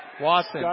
Watson